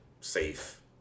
safe